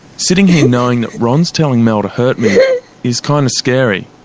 sitting here knowing that ron's telling mel to hurt me is kind of scary.